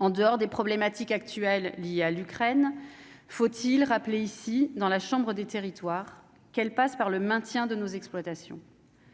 En dehors des problématiques actuelles liées à l'Ukraine, faut-il rappeler ici dans la chambre des territoires qu'elle passe par le maintien de nos exploitations.